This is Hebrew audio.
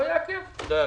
תודה רבה.